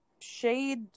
shade